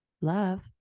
Love